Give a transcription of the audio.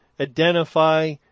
identify